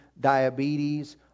diabetes